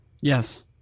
yes